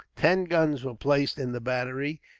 ten guns were placed in the battery,